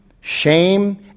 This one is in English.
shame